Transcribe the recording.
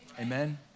Amen